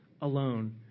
alone